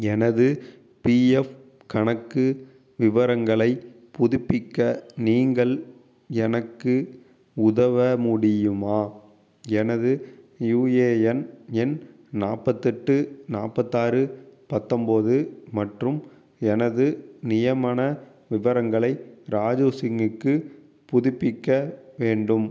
எனது பிஎஃப் கணக்கு விவரங்களைப் புதுப்பிக்க நீங்கள் எனக்கு உதவ முடியுமா எனது யுஏஎன் எண் நாற்பத்தெட்டு நாற்பத்தாறு பத்தொன்போது மற்றும் எனது நியமன விவரங்களை ராஜு சிங்குக்கு புதுப்பிக்க வேண்டும்